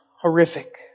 horrific